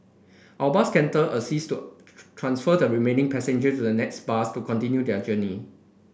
our bus captain assisted to transfer the remaining passengers to the next bus to continue their journey